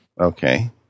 Okay